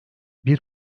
bir